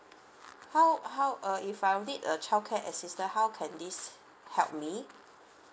how how uh if I'll need a childcare assistant how can this help me